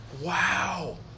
Wow